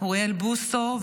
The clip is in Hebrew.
אוריאל בוסו,